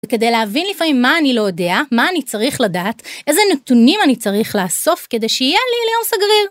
כדי להבין לפעמים מה אני לא יודע, מה אני צריך לדעת, איזה נתונים אני צריך לאסוף כדי שיהיה לי ליום סגריר.